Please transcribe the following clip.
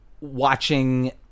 watching